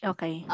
Okay